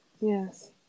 yes